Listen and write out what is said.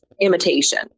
imitation